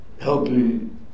helping